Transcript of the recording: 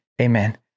Amen